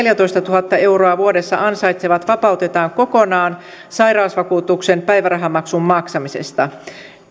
neljätoistatuhatta euroa vuodessa ansaitsevat vapautetaan kokonaan sairausvakuutuksen päivärahamaksun maksamisesta